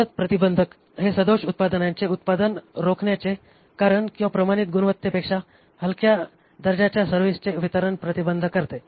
जलद प्रतिबंधक हे सदोष उत्पादनांचे उत्पादन रोखण्याचे कारण किंवा प्रमाणित गुणवत्तेपेक्षा हलक्या दर्जाच्या सर्व्हिसचे वितरण प्रतिबंध करते